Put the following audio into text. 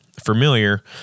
Familiar